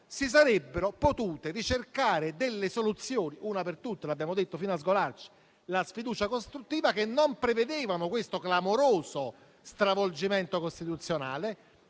si sarebbero potute ricercare delle soluzioni - una per tutte, l'abbiamo ripetuto fino a sgolarci: la sfiducia costruttiva - che non prevedevano questo clamoroso stravolgimento costituzionale,